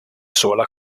sola